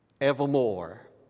evermore